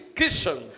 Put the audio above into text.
Christian